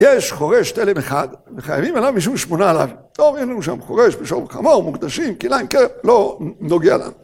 ‫יש חורש תלם אחד, ‫מחייבים אליו מישהו שמונה עליו. ‫לא ראינו שם חורש בשום חמור, ‫מוקדשים, כיליים כאלה, ‫לא נוגע להם.